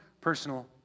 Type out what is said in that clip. personal